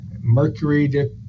mercury